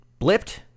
blipped